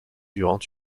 durant